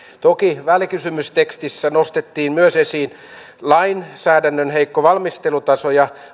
toki välikysymystekstissä nostettiin esiin myös lainsäädännön heikko valmistelutaso ja